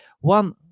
one